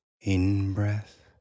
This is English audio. in-breath